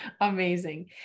Amazing